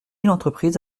l’entreprise